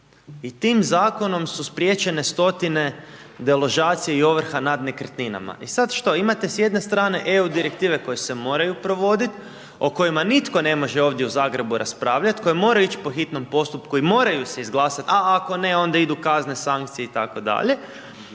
i tim zakonom su spriječene stotine deložacija i ovrha nad nekretninama. I sad što? Imate s jedne strane EU Direktive koje se moraju provodit, o kojima nitko ne može ovdje u Zagrebu raspravljat, koji mora ić po hitnom postupku i moraju se izglasat, a ako ne, onda idu kazne, sankcije itd.